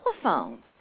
telephone